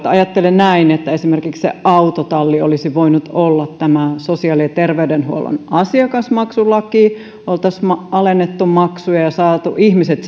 ajattelen näin että esimerkiksi se autotalli olisi voinut olla tämä sosiaali ja terveydenhuollon asiakasmaksulaki oltaisiin alennettu maksuja ja saatu ihmiset